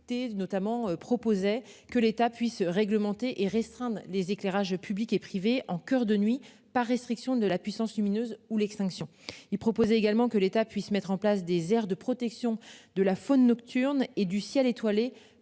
notamment proposait que l'État puisse réglementer et restreindre les éclairages publics et privés en coeur de nuit pas restriction de la puissance lumineuse ou l'extinction il proposait également que l'État puisse mettre en place des aires de protection de la faune nocturne et du ciel étoilé